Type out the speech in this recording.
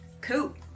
Cool